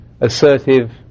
assertive